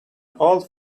old